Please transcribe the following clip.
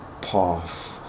path